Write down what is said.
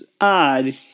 odd